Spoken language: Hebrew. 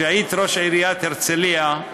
כשהיית ראש עיריית הרצלייה,